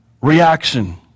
Reaction